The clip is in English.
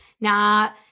Now